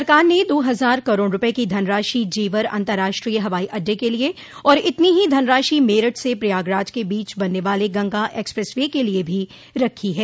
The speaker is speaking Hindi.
सरकार ने दो हजार करोड़ रूपये की धनराशि जेवर अतंर्राष्ट्रीय हवाई अड्डे के लिये और इतनी ही धनराशि मेरठ से प्रयागराज के बीच बनने वाले गंगा एक्सप्रेस वे के लिये भो रखी है